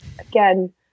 again